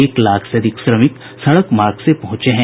एक लाख से अधिक श्रमिक सड़क मार्ग से पहुंचे हैं